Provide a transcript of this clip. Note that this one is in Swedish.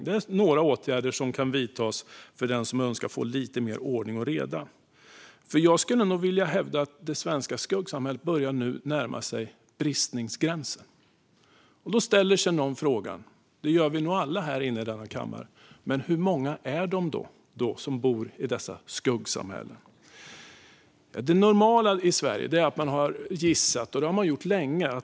Detta är några åtgärder som kan vidtas för den som önskar få lite mer ordning och reda. Jag skulle nog vilja hävda att det svenska skuggsamhället nu börjar närma sig bristningsgränsen. Då ställer sig någon, kanske alla i denna kammare, frågan: Hur många är det då som lever i detta skuggsamhälle? Det normala i Sverige är att man har gissat, och det har man gjort länge.